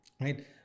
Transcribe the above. right